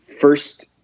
first